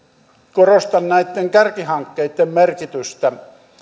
korostan kärkihankkeitten merkitystä